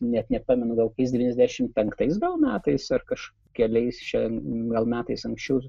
net nepamenu gal kokiais devyniasdešimt penktais metais ar kažkeliais čia gal metais anksčiau